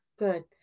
Good